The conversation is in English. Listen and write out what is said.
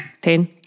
Ten